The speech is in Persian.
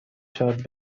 شود